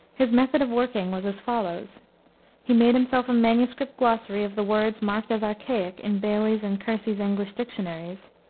his method of working was as follows he made himself a manuscript glossary of the words marked as archaic in bailey's and kersey's english dictionaries,